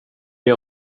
ger